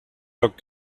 tot